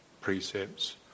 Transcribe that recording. precepts